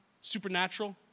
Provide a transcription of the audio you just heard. supernatural